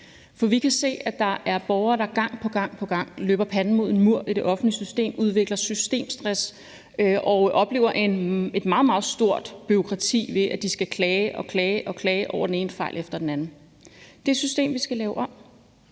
For vi kan se, at der er borgere, der gang på gang løber panden mod en mur i det offentlige system, udvikler systemstress og oplever et meget, meget stort bureaukrati, fordi de skal klage og klage over den ene fejl efter den anden. Det er et system, vi skal lave om.